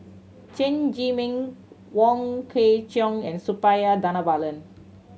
Chen Zhiming Wong Kwei Cheong and Suppiah Dhanabalan